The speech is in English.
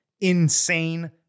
insane